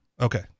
Okay